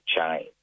change